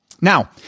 Now